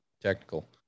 technical